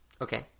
okay